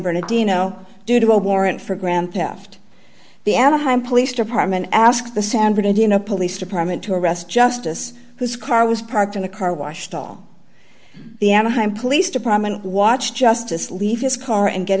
bernardino due to a warrant for grand theft the anaheim police department asked the san bernardino police department to arrest justice whose car was parked in the car washed all the anaheim police department watch justice leave his car and get